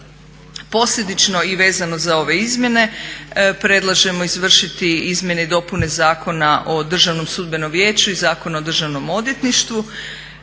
Posljedično i vezano za ove izmjene predlažemo izvršiti izmjene i dopune Zakona o Državnom sudbenom vijeću i Zakona o Državnom odvjetništvu.